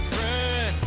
run